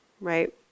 right